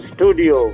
Studio